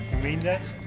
mean that?